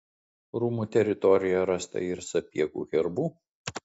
rūmų teritorijoje rasta ir sapiegų herbų